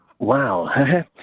Wow